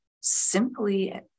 simply